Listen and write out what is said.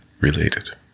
related